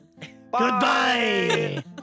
Goodbye